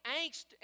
angst